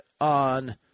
on